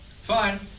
Fine